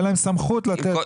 תהיה לה סמכות לתת.